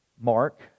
Mark